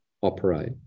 operate